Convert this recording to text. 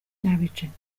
n’abicanyi